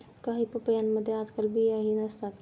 काही पपयांमध्ये आजकाल बियाही नसतात